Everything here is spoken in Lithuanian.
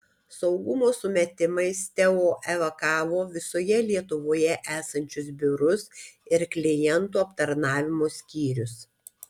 saugumo sumetimais teo evakavo visoje lietuvoje esančius biurus ir klientų aptarnavimo skyrius